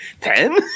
Ten